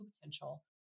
potential